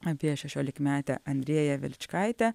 apie šešiolikmetę andrėją veličkaitę